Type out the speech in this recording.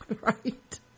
Right